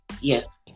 yes